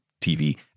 TV